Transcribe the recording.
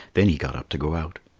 then he got up to go out.